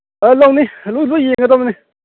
ꯑ ꯂꯧꯅꯤ ꯂꯣꯏ ꯌꯦꯡꯉꯗꯧꯅꯤ